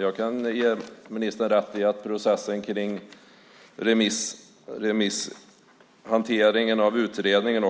Jag kan ge ministern rätt i att processen kring remisshanteringen av utredningen